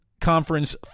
Conference